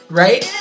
right